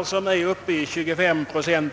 har stigit med 25 procent.